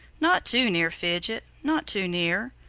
not too near, fidget not too near.